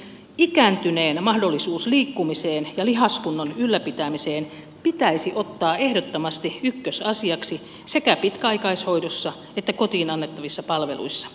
ikääntyneen mahdollisuus liikkumiseen ja lihaskunnon ylläpitämiseen pitäisi ottaa ehdottomasti ykkösasiaksi sekä pitkäaikaishoidossa että kotiin annettavissa palveluissa